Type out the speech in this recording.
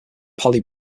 polly